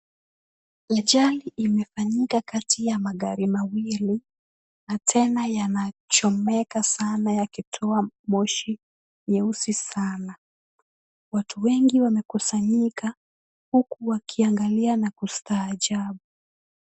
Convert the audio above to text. Ajali imefanyika kati ya magari mawili na tena yanachomeka sana yakitoa moshi nyeusi sana. Watu wengi wamekusanyika, huku wakiangalia na kustaajabu.